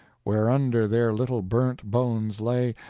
whereunder their little burnt bones lay,